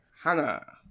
Hannah